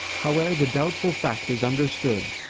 howeer the doubtful fact is understood,